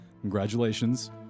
Congratulations